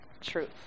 truth